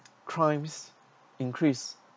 crimes increase